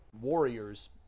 Warriors